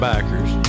Backers